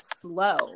slow